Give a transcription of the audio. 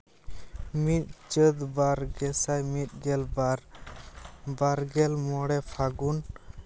ᱢᱤᱫ ᱪᱟᱹᱛ ᱵᱟᱨ ᱜᱮᱥᱟᱭ ᱢᱤᱫ ᱜᱮᱞᱵᱟᱨ ᱵᱟᱨᱜᱮᱞ ᱢᱚᱬᱮ ᱯᱷᱟᱹᱜᱩᱱ